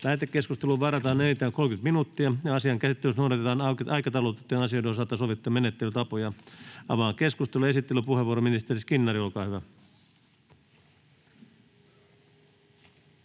Lähetekeskusteluun varataan enintään 30 minuuttia. Asian käsittelyssä noudatetaan aikataulutettujen asioiden osalta sovittuja menettelytapoja. — Avaan keskustelun. Esittelypuheenvuoro, ministeri Skinnari, olkaa hyvä.